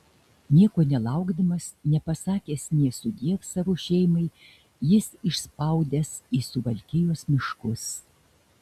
nieko nelaukdamas nepasakęs nė sudiev savo šeimai jis išspaudęs į suvalkijos miškus